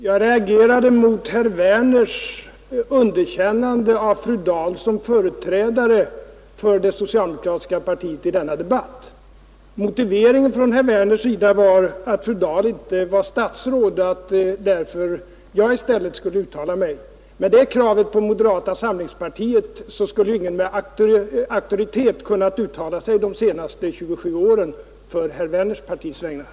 Herr talman! Jag reagerade mot herr Werners underkännande av fru Dahl som företrädare för det socialdemokratiska partiet i denna debatt. Herr Werners motivering var att fru Dahl inte var statsråd; han ville därför att jag i stället skulle uttala mig. Ställde man det kravet på moderata samlingspartiet skulle ingen med auktoritet ha kunnat uttala sig på herr Werners partis vägnar på de senaste 27 åren.